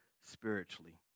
spiritually